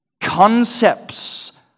Concepts